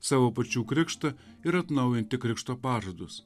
savo pačių krikštą ir atnaujinti krikšto pažadus